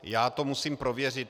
Já to musím prověřit.